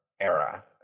era